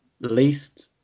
least